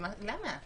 למה?